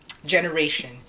generation